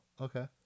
Okay